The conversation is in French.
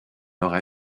nord